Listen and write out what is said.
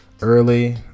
early